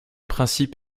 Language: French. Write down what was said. principe